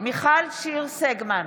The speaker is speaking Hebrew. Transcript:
מיכל שיר סגמן,